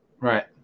Right